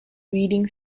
reading